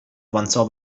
avanzò